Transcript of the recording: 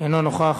אינו נוכח.